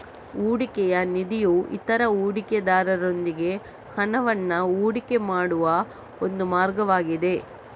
ಹೂಡಿಕೆಯ ನಿಧಿಯು ಇತರ ಹೂಡಿಕೆದಾರರೊಂದಿಗೆ ಹಣವನ್ನ ಹೂಡಿಕೆ ಮಾಡುವ ಒಂದು ಮಾರ್ಗವಾಗಿದೆ